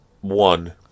One